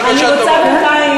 אני רוצה בינתיים,